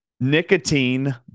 Nicotine